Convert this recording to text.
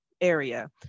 area